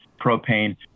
propane